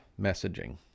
messaging